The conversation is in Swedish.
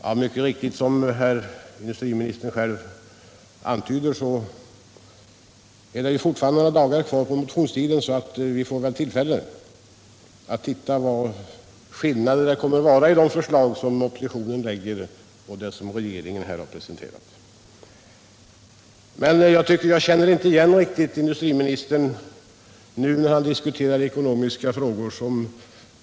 Som herr industriministern själv mycket riktigt antyder är det ju fortfarande några dagar kvar av motionstiden, så vi får väl tillfälle att se var skillnaderna kommer att ligga i de förslag som oppositionen lägger fram och det som regeringen tidigare har presenterat. Jag tycker att jag inte riktigt känner igen industriministern när han nu diskuterar ekonomiska frågor.